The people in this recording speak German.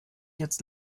jetzt